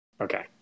Okay